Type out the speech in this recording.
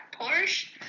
Porsche